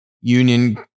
Union